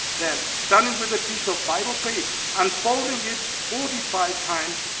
then starting with a piece of bible paper and folding it forty five times,